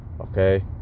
okay